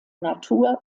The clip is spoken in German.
natur